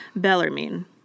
Bellarmine